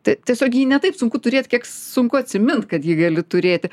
t tiesiog jį ne taip sunku turėt kiek sunku atsimint kad ji gali turėti